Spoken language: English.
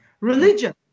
Religion